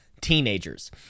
teenagers